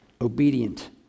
obedient